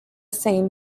same